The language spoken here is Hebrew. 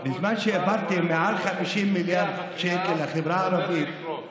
בזמן שהעברתם מעל 50 מיליארד שקל לחברה הערבית